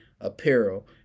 apparel